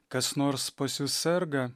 kas nors pas jus serga